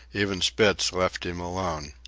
even spitz left him alone.